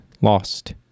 lost